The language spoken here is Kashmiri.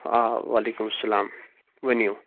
آ وعلیکُم سلام ؤنِو